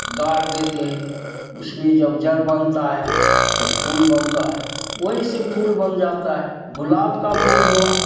गाड़ देते हैं उसमें जब जड़ बनता है तब फूल बनता है वही से फूल बन जाता है गुलाब का फूल हुआ